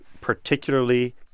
particularly